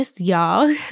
y'all